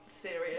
serious